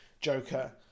Joker